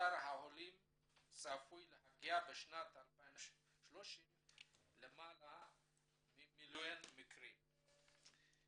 מספר החולים צפוי להגיע בשנת 2030 ללמעלה ממיליון מקרים.